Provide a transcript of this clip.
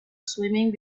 swimming